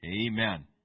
Amen